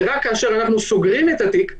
ורק כאשר אנחנו סוגרים את התיק,